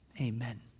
Amen